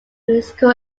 musical